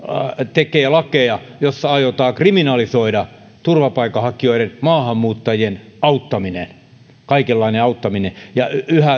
tekee lakeja joissa aiotaan kriminalisoida turvapaikanhakijoiden maahanmuuttajien auttaminen kaikenlainen auttaminen ja